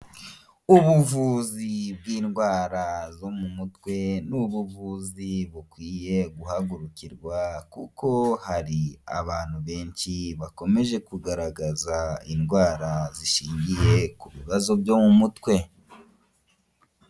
Ubuvuzi bw'indwara zo mu mutwe, ni ubuvuzi bukwiye guhagurukirwa kuko hari abantu benshi bakomeje kugaragaza indwara zishingiye ku bibazo byo mu mutwe.